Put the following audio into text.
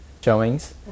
showings